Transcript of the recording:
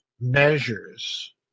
measures